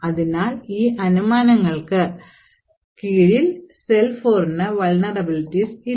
അതിനാൽ ഈ അനുമാനങ്ങൾക്ക് കീഴിൽ SeL4 ന് vulnarebilities ഇല്ല